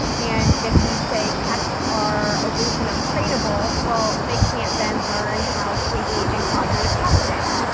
and if we say cats are aloof and untrainable, well, they can't then learn how to engage in cognitive testing.